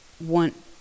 want